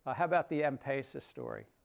how about the m-pesa story?